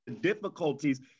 difficulties